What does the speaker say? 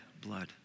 blood